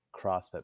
CrossFit